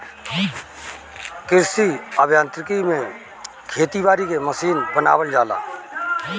कृषि अभियांत्रिकी में खेती बारी के मशीन बनावल जाला